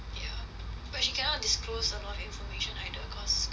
ya but she cannot disclose a lot of information either cause